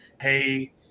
hey